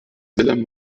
wilhelm